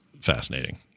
fascinating